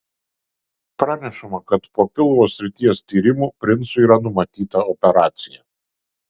pranešama kad po pilvo srities tyrimų princui yra numatyta operacija